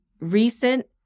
recent